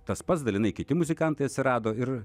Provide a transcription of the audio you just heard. tas pats dalinai kiti muzikantai atsirado ir